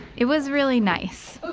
it was really nice.